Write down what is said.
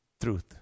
truth